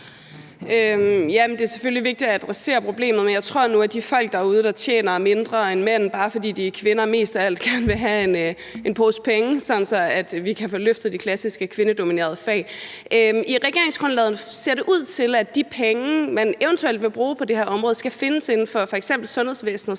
vigtigt at adressere problemet, men jeg tror nu, at de kvinder derude, der tjener mindre end mænd, bare fordi de er kvinder, mest af alt gerne vil have en pose penge, sådan at vi kan få løftet de klassisk kvindedominerede fag. I regeringsgrundlaget ser det ud til, at de penge, man eventuelt vil bruge på det her område, skal findes inden for f.eks. sundhedsvæsenet